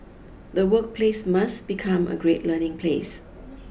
the workplace must become a great learning place